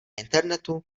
internetu